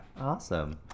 awesome